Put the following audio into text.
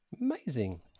Amazing